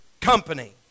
company